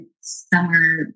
summer